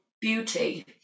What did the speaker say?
beauty